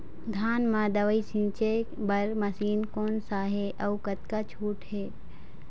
धान म दवई छींचे बर मशीन कोन सा हे अउ कतका छूट हे?